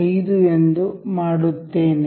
5 ಎಂದು ಮಾಡುತ್ತೇನೆ